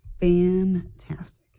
Fantastic